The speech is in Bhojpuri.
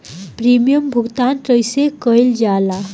प्रीमियम भुगतान कइसे कइल जाला?